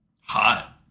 Hot